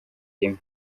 rimwe